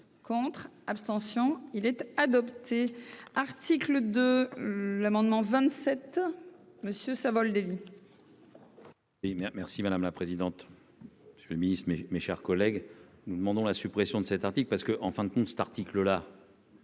contre, abstention il était adopté article de l'amendement 27 monsieur Savoldelli.